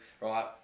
right